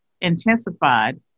intensified